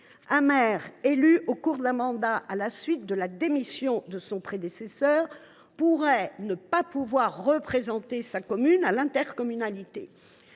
un maire élu en cours de mandat à la suite de la démission de son prédécesseur pourrait en effet ne pas représenter sa commune à l’intercommunalité.